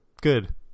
good